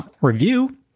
review